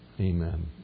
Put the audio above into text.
Amen